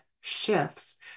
shifts